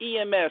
EMS